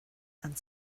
and